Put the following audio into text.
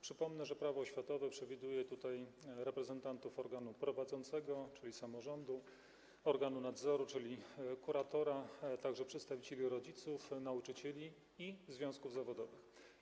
Przypomnę, że Prawo oświatowe przewiduje tutaj reprezentantów organu prowadzącego, czyli samorządu, i organu nadzoru, czyli kuratora, a także przedstawicieli rodziców, nauczycieli i związków zawodowych.